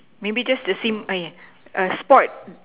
maybe just the same !aiya! a sport